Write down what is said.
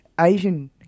Asian